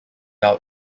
out